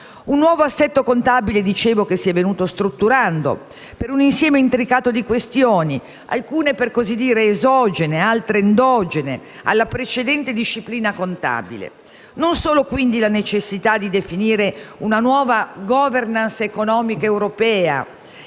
un nuovo assetto contabile che si è venuto strutturando per un insieme intricato di questioni, alcune esogene e altre endogene alla precedente disciplina contabile; non solo, quindi, per la necessità di definire una nuova *governance* economica europea,